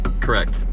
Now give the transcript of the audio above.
Correct